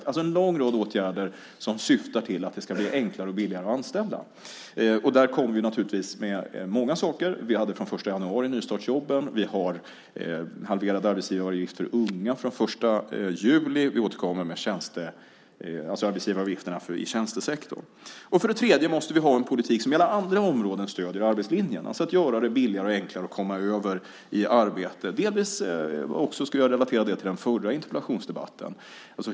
Det är alltså en lång rad åtgärder som syftar till att det ska bli enklare och billigare att anställa. Där kommer vi med många saker. Vi har nystartsjobben från den 1 januari. Vi har halverad arbetsgivaravgift för unga från den 1 juli. Vi återkommer med arbetsgivaravgifterna i tjänstesektorn. För det tredje måste vi ha en politik som på alla andra områden stöder arbetslinjen. Det betyder att göra det billigare och enklare att komma över i arbete. Jag skulle delvis vilja relatera det till den förra interpellationsdebatten.